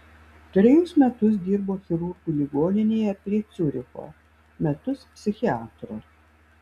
trejus metus dirbo chirurgu ligoninėje prie ciuricho metus psichiatru